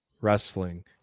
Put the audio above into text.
wrestling